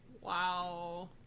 Wow